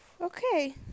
Okay